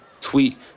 tweet